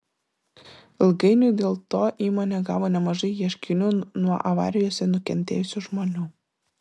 ilgainiui dėl to įmonė gavo nemažai ieškinių nuo avarijose nukentėjusių žmonių